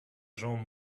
jean